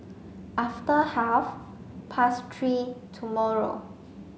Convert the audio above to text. after half past three tomorrow